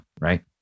right